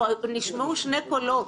נשמעו פה שני קולות,